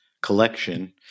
collection